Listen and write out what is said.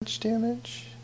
damage